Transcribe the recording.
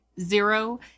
zero